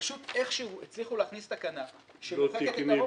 ופשוט איכשהו הצליחו להכניס תקנה שמוחקת את הרוחב.